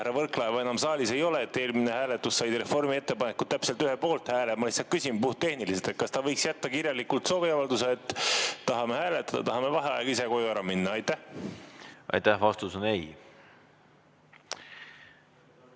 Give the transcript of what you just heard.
Võrklaeva enam saalis ei ole. Eelmisel hääletusel sai Reformi ettepanek täpselt ühe poolthääle. Ma küsin puhttehniliselt, kas ta võiks jätta kirjaliku sooviavalduse, et tahame hääletada ja tahame vaheaega, ning ise koju ära minna. Aitäh! Vastus on ei.